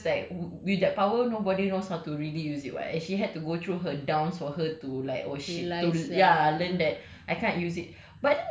I mean it's not her fault lah kan because like with that power nobody knows how to really use it [what] and she had to go through her downs for her to like oh shit to ya learn that